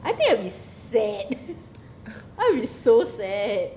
I think I'll be sad I'll be so sad